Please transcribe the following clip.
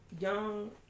young